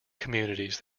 communities